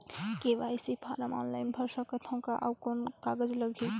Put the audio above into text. KYC form online भर सकत हवं का? अउ कौन कागज लगही?